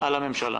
על הממשלה.